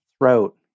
throat